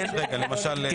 כן, כן.